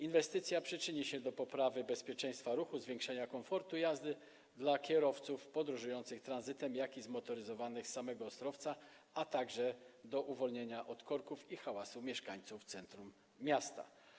Inwestycja przyczyni się do poprawy bezpieczeństwa ruchu, zwiększenia komfortu jazdy dla kierowców podróżujących tranzytem, jak i zmotoryzowanych z samego Ostrowca, a także do uwolnienia od korków i hałasu mieszkańców centrum miasta.